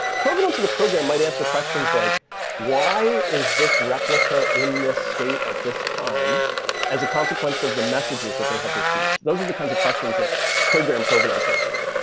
ah provenance of the program might answer questions like why is this replica in this state at this time as a consequence of the messages that they have received? those are the kinds of questions that program provenance answers.